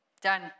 done